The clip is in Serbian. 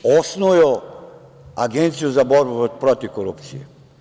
Zamislite, osnuju Agenciju za borbu protiv korupcije.